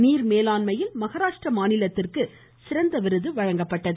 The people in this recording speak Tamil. நீர் மேலாண்மையில் மகாராஷ்டிரா மாநிலத்திற்கு சிறந்த விருது வழங்கப்பட்டது